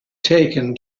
taken